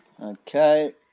Okay